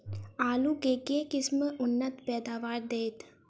आलु केँ के किसिम उन्नत पैदावार देत?